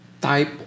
type